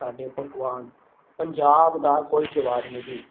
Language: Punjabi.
ਸਾਡੇ ਪਕਵਾਨ ਪੰਜਾਬ ਦਾ ਕੋਈ ਜਵਾਬ ਨਹੀਂ